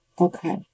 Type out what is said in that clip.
Okay